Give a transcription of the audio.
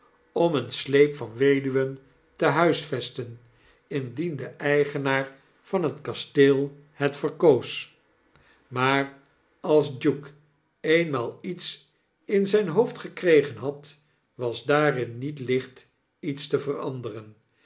om een sleep vanweduwen te huisvesten indien de eigenaar van het kasteel het verkoos maar als duke eenmaal iets in zyn hoofd gekregen had was daarin niet licht iets te veranderen